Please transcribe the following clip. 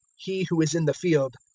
he who is in the field,